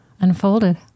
unfolded